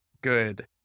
good